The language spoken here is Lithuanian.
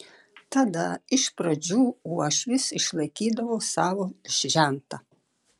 tada iš pradžių uošvis išlaikydavo savo žentą